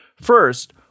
First